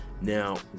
Now